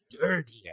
dirty